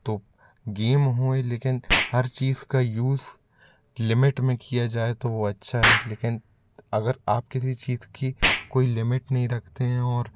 तो गेम हों लेकिन हर चीज़ का यूज़ लिमिट में किया जाए तो वो अच्छा है लेकिन अगर आप किसी चीज़ की कोई लिमिट नहीं रखते हैं और